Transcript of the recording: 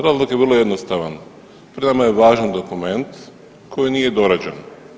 Razlog je vrlo jednostavan pred nama je važan dokument koji nije dorađen.